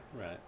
Right